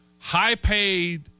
high-paid